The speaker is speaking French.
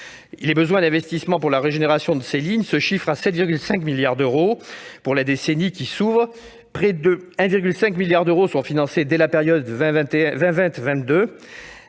Les besoins d'investissements pour la régénération de ces lignes se chiffrent à 7,5 milliards d'euros pour la décennie qui s'ouvre. Près de 1,5 milliard d'euros sont financés dès la période 2020-2022,